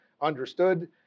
understood